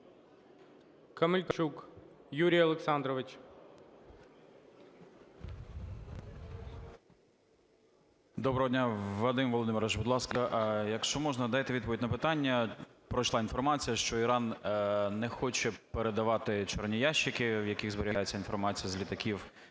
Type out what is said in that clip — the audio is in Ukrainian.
КАМЕЛЬЧУК Ю.О. Доброго дня! Вадим Володимирович, будь ласка, якщо можна, дайте відповідь на питання. Пройшла інформацію, що Іран не хоче передавати "чорні ящики", в яких зберігається інформація з літаків.